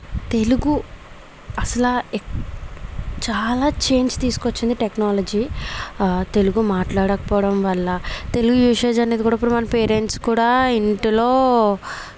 తెలుగు అసలు చాలా చేంజ్ తీసుకువచ్చింది టెక్నాలజీ తెలుగు మాట్లాడకపోవడం వల్ల తెలుగు యూసేజ్ అనేది కూడా మన పేరెంట్స్ కూడా ఇంట్లో